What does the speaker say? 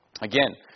Again